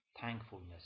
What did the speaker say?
thankfulness